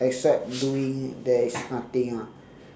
except doing there is nothing ah